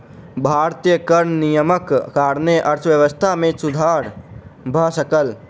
भारतीय कर नियमक कारणेँ अर्थव्यवस्था मे सुधर भ सकल